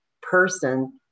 person